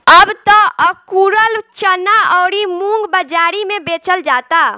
अब त अकुरल चना अउरी मुंग बाजारी में बेचल जाता